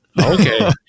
Okay